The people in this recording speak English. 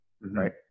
Right